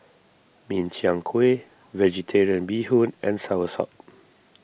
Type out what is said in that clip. Min Chiang Kueh Vegetarian Bee Hoon and Soursop